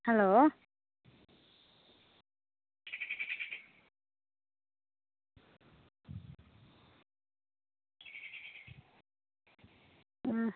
hello